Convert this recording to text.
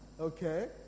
okay